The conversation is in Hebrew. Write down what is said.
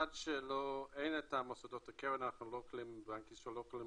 עד שאין את מוסדות הקרן אנחנו בבנק ישראל לא יכולים